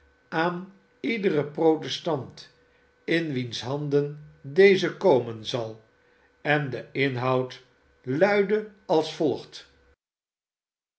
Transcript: aan ieder protestant in wiens handen deze komen zal en de inhoud luidde als volgt